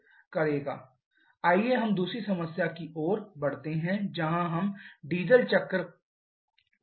slide समय देखे 1600 आइए हम दूसरी समस्या की ओर बढ़ते हैं जहाँ हम डीजल चक्र को डील कर रहे हैं